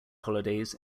holidays